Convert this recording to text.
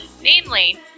Namely